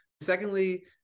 Secondly